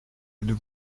êtes